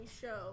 show